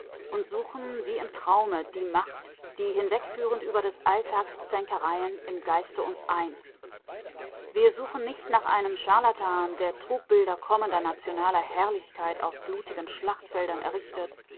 und suchen wie im traume die macht die hinwegführend über des alltags zänkereien im geiste uns eint wir suchen nicht nach einem charlatan der trugbilder kommender nationaler herrlichkeit auf blutigen schlachtfeldern errichtet